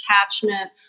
attachment